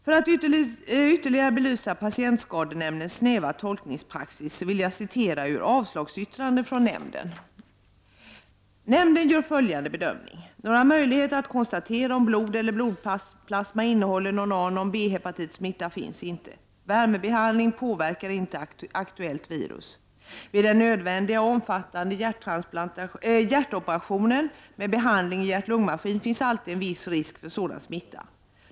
För att ytterligare belysa patientskadenämndens snäva tolkningspraxis vill 158 jag citera ur avslagsyttrandet från nämnden: ”Nämnden gör följande bedömning. Några möjligheter att konstatera om blod eller blodplasma innehåller non A non B-hepatitsmitta finns inte. Värmebehandling påverkar inte aktuellt virus. Vid den nödvändiga och omfattande hjärtoperationen med behandling i hjärt-lungmaskin finns alltid en viss risk för sådan smitta.